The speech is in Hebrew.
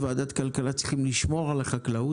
בוועדת הכלכלה לדעתי אנחנו צריכים לשמור על החקלאות,